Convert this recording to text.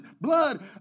blood